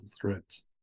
threats